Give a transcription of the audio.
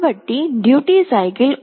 కాబట్టి మనం duty cycle 1